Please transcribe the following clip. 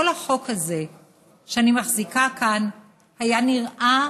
כל החוק הזה שאני מחזיקה כאן היה נראה